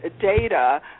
data